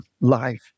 life